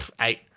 eight